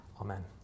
Amen